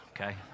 okay